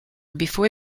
before